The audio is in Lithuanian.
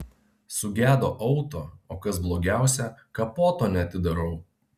sugedo auto o kas blogiausia kapoto neatidarau